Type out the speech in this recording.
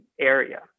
area